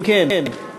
אם כן,